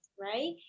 right